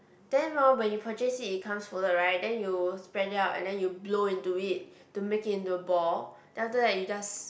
then while when you purchase it it comes folded right then you spread it out and then you blow in to it to make it into a ball then after you just